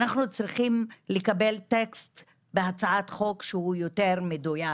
אנחנו צריכים לקבל טקסט בהצעת חוק שהוא יותר מדויק.